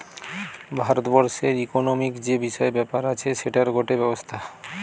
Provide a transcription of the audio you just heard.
ভারত বর্ষের ইকোনোমিক্ যে বিষয় ব্যাপার আছে সেটার গটে ব্যবস্থা